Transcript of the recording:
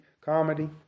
comedy